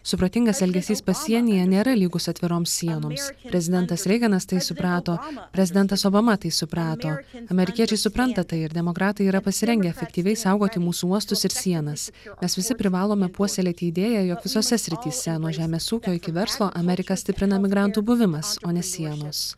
supratingas elgesys pasienyje nėra lygus atviroms sienoms prezidentas reiganas tai suprato prezidentas obama tai suprato amerikiečiai supranta tai ir demokratai yra pasirengę efektyviai saugoti mūsų uostus ir sienas mes visi privalome puoselėti idėją jog visose srityse nuo žemės ūkio iki verslo amerika stiprina migrantų buvimas o ne sienos